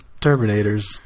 Terminators